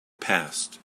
past